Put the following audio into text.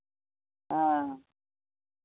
हँ